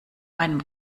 einem